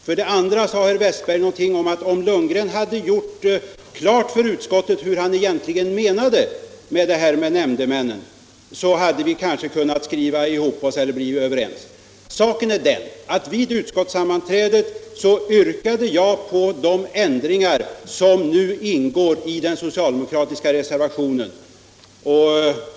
För det andra sade herr Westberg att om Lundgren hade gjort klart för utskottet hur han egentligen menade hade vi kanske kunnat skriva ihop oss och blivit överens. Saken är den att vid utskottssammanträdet yrkade jag på de ändringar som nu ingår i den socialdemokratiska reservationen 1.